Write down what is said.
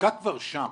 הפסיקה כבר שם.